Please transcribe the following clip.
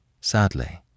sadly